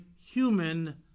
human